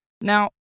now